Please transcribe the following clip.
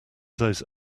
those